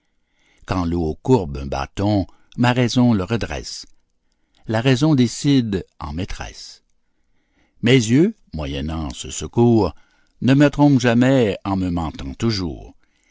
quand l'eau courbe un bâton ma raison le redresse la raison décide en maîtresse mes yeux moyennant ce secours ne me trompent jamais en me mentant toujours